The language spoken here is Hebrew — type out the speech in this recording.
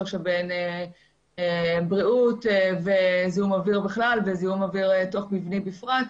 שבין בריאות וזיהום אוויר בכלל וזיהום אוויר בתוך מבנים בפרט,